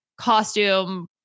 costume